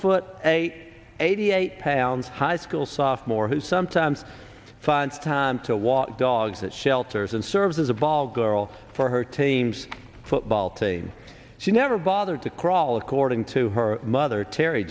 foot eight eighty eight pounds high school sophomore who sometimes finds time to walk dogs at shelters and serves as a ball girl for her team's football team she never bothered to crawl according to her mother terr